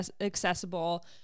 accessible